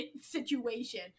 situation